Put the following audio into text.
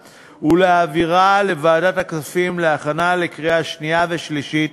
ולהעבירה לוועדת הכספים להכנה לקריאה שנייה ושלישית.